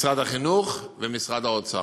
משרד החינוך ומשרד האוצר.